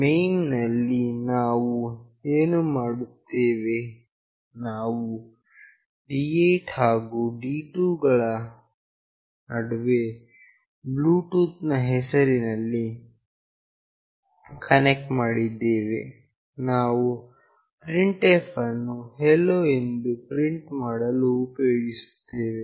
main ನಲ್ಲಿ ನಾವು ಏನು ಮಾಡುತ್ತೇವೆನಾವು D8 ಹಾಗು D2 ಗಳ ನಡುವೆ ಬ್ಲೂಟೂತ್ ನ ಹೆಸರಿನಲ್ಲಿ ಕನೆಕ್ಷನ್ ಮಾಡಿದ್ದೇವೆ ನಾವು printf ಅನ್ನು hello ಎಂದು ಪ್ರಿಂಟ್ ಮಾಡಲು ಉಪಯೋಗಿಸುತ್ತೇವೆ